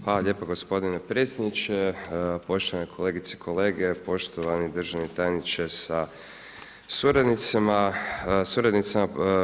Hvala lijepo gospodine predsjedniče, poštovane kolegice i kolege, poštovani državni tajniče sa suradnicima, suradnicama.